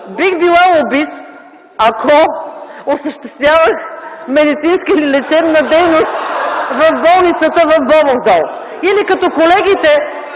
Бих била лобист, ако осъществявах медицинска или лечебна дейност в болницата в Бобов дол. (Смях.) Или като колегите,